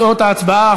אנחנו נעבור להצבעה.